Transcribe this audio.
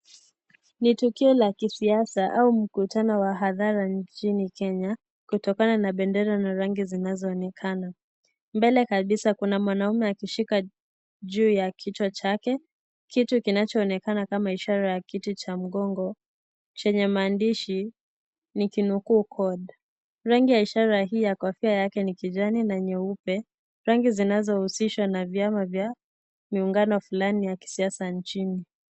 ni tukio la kisiasa au mkutano wa hadhara nchini kenya kutokana na bendera na rangi zinazoonekana, mbele kabisa kuna mwanume akishika juu ya kichwa chake kitu kinachoonekana kama ishara ya kitu cha mgongo chenye maandishi nikinukuu code rangi ya ishara hii ya kofia yake ni kijani na nyeupe , rangi zinazohusishwa na vyama vya muungano fulani wa kisiasa nchini.